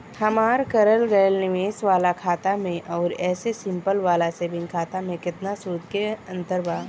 हमार करल गएल निवेश वाला खाता मे आउर ऐसे सिंपल वाला सेविंग खाता मे केतना सूद के अंतर बा?